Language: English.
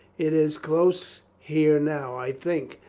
it is close here now, i think.